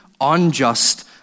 unjust